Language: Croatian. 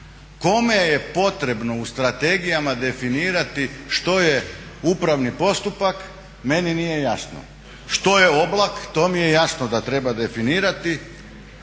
Kome je potrebno u strategijama definirati što je upravni postupak meni nije jasno. Što je oblak? To mi je jasno da treba definirati.